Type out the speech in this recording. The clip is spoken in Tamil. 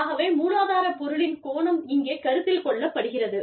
ஆகவே மூலாதார பொருளின் கோணம் இங்கே கருத்தில் கொள்ளப்படுகிறது